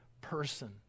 person